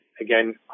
again